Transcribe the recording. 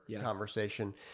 conversation